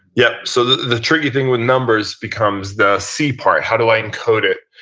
yeah so the the tricky thing with numbers becomes the see part, how do i encode it?